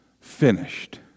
finished